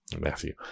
Matthew